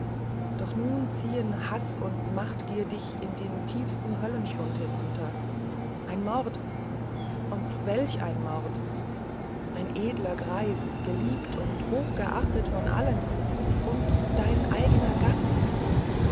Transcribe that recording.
doch nun ziehen haß und machtgier dich in die tiefsten höllen hinunter ein mord und welch ein mord ein edler greis geliebt und hochgeachtet von allen und dein eigener gast